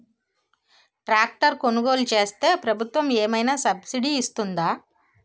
Tractor కొనుగోలు చేస్తే ప్రభుత్వం ఏమైనా సబ్సిడీ ఇస్తుందా?